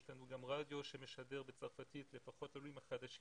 יש לנו גם רדיו שמשדר בצרפתית לפחות לעולים החדשים